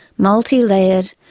multi-layered,